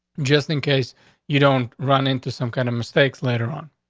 just in case you don't run into some kind of mistakes. later on,